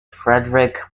fredrik